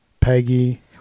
Peggy